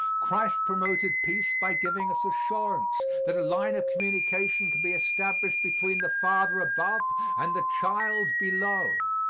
christ promoted peace by giving us assurance that a line of communication can be established between the father above and the child below.